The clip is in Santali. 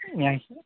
ᱢᱮᱭᱟᱝ ᱥᱮᱫ